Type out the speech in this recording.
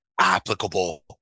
applicable